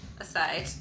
aside